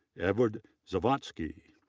edward zawatski,